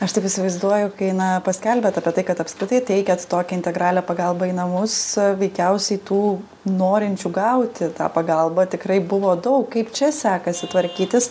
aš taip įsivaizduoju kai na paskelbėt apie tai kad apskritai teikiat tokią integralią pagalbą į namus veikiausiai tų norinčių gauti tą pagalbą tikrai buvo daug kaip čia sekasi tvarkytis